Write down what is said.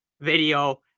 video